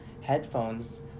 headphones